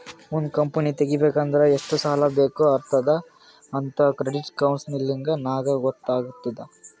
ಒಂದ್ ಕಂಪನಿ ತೆಗಿಬೇಕ್ ಅಂದುರ್ ಎಷ್ಟ್ ಸಾಲಾ ಬೇಕ್ ಆತ್ತುದ್ ಅಂತ್ ಕ್ರೆಡಿಟ್ ಕೌನ್ಸಲಿಂಗ್ ನಾಗ್ ಗೊತ್ತ್ ಆತ್ತುದ್